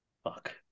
Fuck